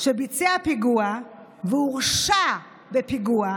שביצע פיגוע והורשע בפיגוע